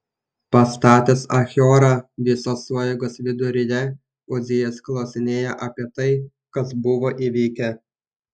pastatęs achiorą visos sueigos viduryje uzijas klausinėjo apie tai kas buvo įvykę